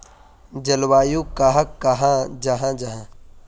जलवायु कहाक कहाँ जाहा जाहा?